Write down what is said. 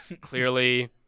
clearly